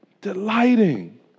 delighting